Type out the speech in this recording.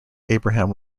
abraham